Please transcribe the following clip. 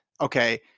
okay